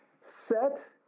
set